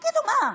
תגידו, מה,